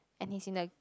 and he's in the